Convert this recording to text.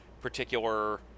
particular